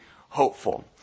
hopeful